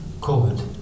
COVID